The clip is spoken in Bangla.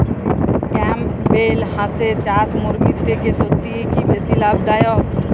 ক্যাম্পবেল হাঁসের চাষ মুরগির থেকে সত্যিই কি বেশি লাভ দায়ক?